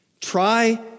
Try